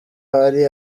hari